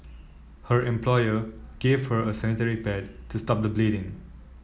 her employer gave her a sanitary pad to stop the bleeding